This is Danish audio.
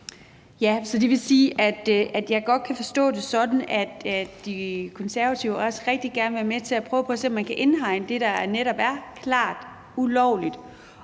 (V): Så det vil sige, at jeg godt kan forstå det sådan, at De Konservative også rigtig gerne vil være med til at prøve at se på, om man kan indhegne det, der netop er klart ulovligt